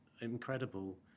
incredible